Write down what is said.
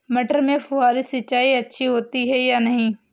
मटर में फुहरी सिंचाई अच्छी होती है या नहीं?